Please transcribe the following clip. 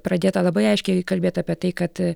pradėta labai aiškiai kalbėt apie tai kad